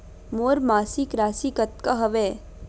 मोर मासिक राशि कतका हवय?